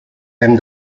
hem